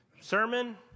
sermon